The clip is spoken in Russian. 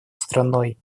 страной